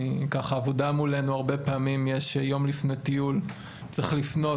אני ככה העבודה מולנו הרבה פעמים יש יום לפני טיול צריך לפנות,